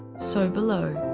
so below.